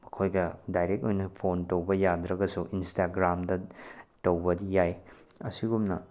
ꯃꯈꯣꯏꯒ ꯗꯥꯏꯔꯦꯛ ꯑꯣꯏꯅ ꯐꯣꯟ ꯇꯧꯕ ꯌꯥꯗ꯭ꯔꯒꯁꯨ ꯏꯟꯁꯇꯥꯒ꯭ꯔꯥꯝꯗ ꯇꯧꯕꯗꯤ ꯌꯥꯏ ꯑꯁꯤꯒꯨꯝꯅ